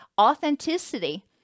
Authenticity